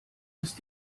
ist